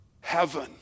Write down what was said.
heaven